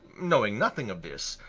knowing nothing of this,